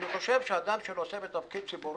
אני חושב שאדם שנושא בתפקיד ציבורי,